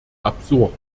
absurd